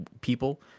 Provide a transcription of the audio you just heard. people